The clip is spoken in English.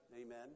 Amen